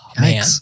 man